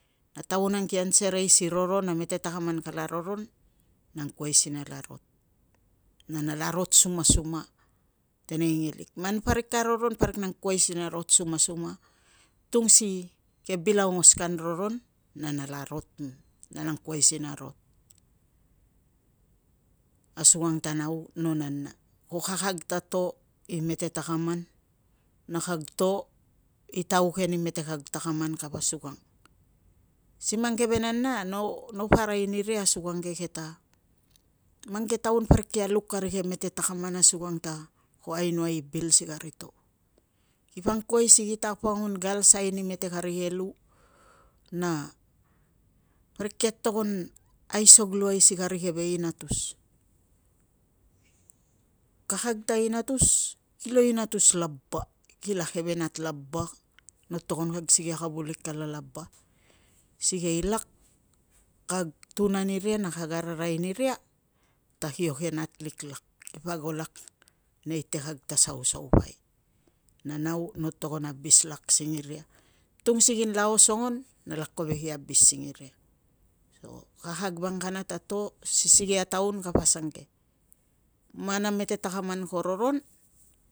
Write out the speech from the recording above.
Na taung ang kian serei si roron a mete takaman, kala roron na angkuai si nala rot sumasuma teneingelik. Man parik ka roron parik na angkuai si na rot sumasuma tung si ke bil aungos kanla roron na nala rot, nala angkuai si na rot. Asukang ta nau no nana ko kakag ta to i mete takaman, na kag to i tauke ni mete kag takaman kapa asukang. Si mang keve nana nopo arai niria asukange ta mang ke taun parik kia luk kari ke mete takaman asukang ta ko ainoai i bil si kari to, kipa angkuai si ki tapangun galsai mete kari ke lu na parik kia togon aisog luai si kari ke inatus. Kakag ta inatus kilo inatus laba, kila keve nat laba, no togon kag sikei a kavulik kala laba, sikei lak kag tun aniria na kag ararai niria ta kio ke natlik lak. Kipa ago lak neite kag ta sausaupai na nau no togon abis lak singiria, tung si kinla osongon na nala kovek i abis singiria. Ko kakag vang kana ta to si sikei a taun kapo asangke, man a mete takaman ko roron